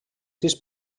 sis